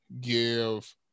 give